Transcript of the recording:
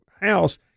house